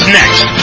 next